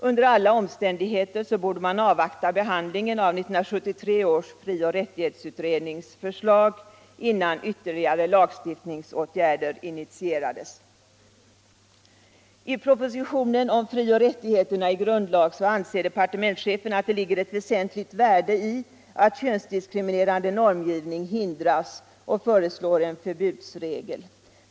Under alla I propositionen om fri och rättigheterna i grundlag anser departementschefen att det ligger ett väsentligt värde i att könsdiskriminerande normgivning hindras, och han föreslår en förbudsregel.